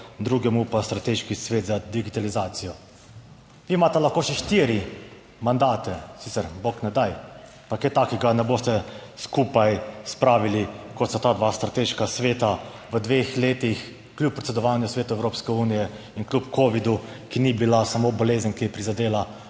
drugemu pa Strateški svet za digitalizacijo. Vi imate lahko še štiri mandate, sicer bog ne daj, pa kaj takega ne boste skupaj spravili, kot sta ta dva strateška sveta v dveh letih. Kljub predsedovanju Svetu Evropske unije in kljub covidu, ki ni bila samo bolezen, ki je prizadela